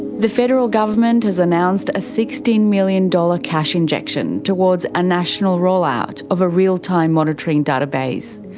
the federal government has announced a sixteen million dollars cash injection towards a national roll-out of a real-time monitoring database.